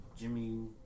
Jimmy